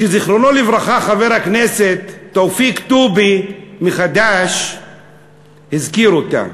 שזיכרונו לברכה חבר הכנסת תופיק טובי מחד"ש הזכיר אותה,